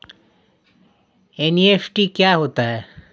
NEFT क्या होता है?